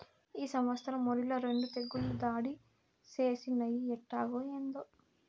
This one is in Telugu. ఈ సంవత్సరం ఒరిల రెండు తెగుళ్ళు దాడి చేసినయ్యి ఎట్టాగో, ఏందో